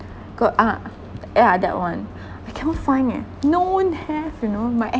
go~ uh yeah that one I cannot find eh don't have you know my